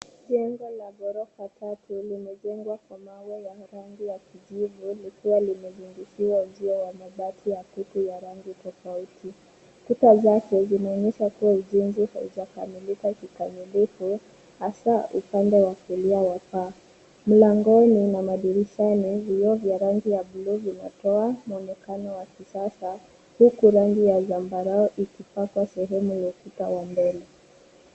Jengo la ghorofa tatu limejengwa kwa mawe ya rangi ya kijivu likiwa limezungushiwa uzio wa mabati kutu ya rangi tofauti. Kuta zake zinaonyesha kuwa ujenzi haujakamiliza kikamilifu hasa upande wa kulia wa paa. Mlangoni na madirishani vioo vya rangi ya bluu vinatoa mwonekano wa kisasa, huku rangi ya zambarau ikipaka sehemu na ukuta wa mbele.